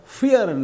fear